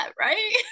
right